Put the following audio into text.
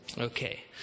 okay